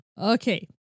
Okay